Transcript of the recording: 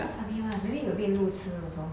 why so funny [one] maybe you a bit 路痴 also